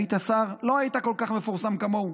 היית שר ולא היית כל כך מפורסם כמוהו.